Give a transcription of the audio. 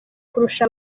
kurusha